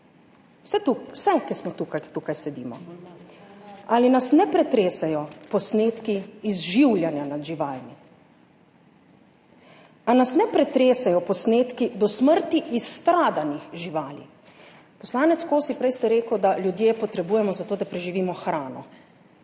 vse, ki smo tukaj, tukaj sedimo, ali nas ne pretresajo posnetki izživljanja nad živalmi? Ali nas ne pretresajo posnetki do smrti izstradanih živali? Poslanec Kosi, prej ste rekel, da ljudje potrebujemo za to, da preživimo hrano,